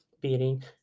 beating